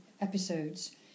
episodes